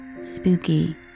spooky